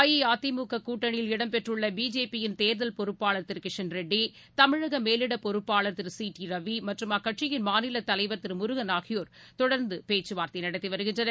அஇஅதிமுக கூட்டணியில் இடம்பெற்றுள்ள பிஜேபியின் தேர்தல் பொறுப்பாளர் திரு கிஷன் ரெட்டி தமிழக மேலிட பொறுப்பாளர் திரு சி டி ரவி மற்றும் அக்கட்சியின் மாநில தலைவர் திரு முருகன் ஆகியோர் தொடர்ந்து பேச்சுவார்த்தை நடத்தி வருகின்றனர்